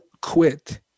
quit